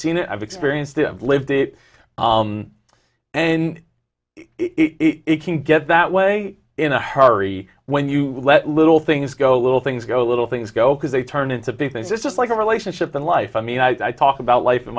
seen it i've experienced it lived it and it can get that way in a hurry when you let little things go little things go little things go because they turn into big things just like a relationship in life i mean i talk about life